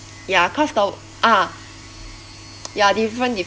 ya cause the ah ya different